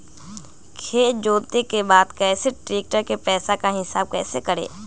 खेत जोते के बाद कैसे ट्रैक्टर के पैसा का हिसाब कैसे करें?